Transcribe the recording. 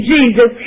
Jesus